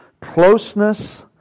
Closeness